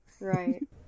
right